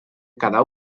quedar